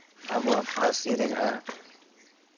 ᱟᱵᱚᱣᱟᱜ ᱯᱟᱹᱨᱥᱤᱨᱮ ᱡᱟᱦᱟᱸ